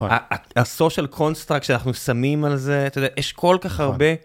הסושל קונסטרקט שאנחנו שמים על זה, יש כל כך הרבה